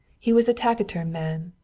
he was a taciturn man,